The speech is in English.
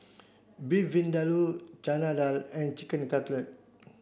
Beef Vindaloo Chana Dal and Chicken Cutlet